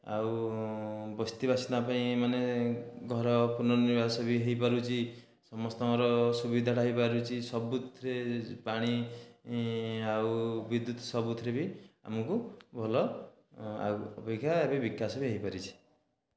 ଆଉ ବସ୍ତି ବାସିନ୍ଦା ପାଇଁ ମାନେ ଘର ପୁନର୍ନିବାସ ବି ହୋଇପାରୁଛି ସମସ୍ତଙ୍କର ସୁବିଧାଟା ହୋଇପାରୁଛି ସବୁଥିରେ ପାଣି ଆଉ ବିଦ୍ୟୁତ୍ ସବୁଥିରେ ବି ଆମକୁ ଭଲ ଆଉ ଅପେକ୍ଷା ବିକାଶ ବି ହୋଇପାରିଛି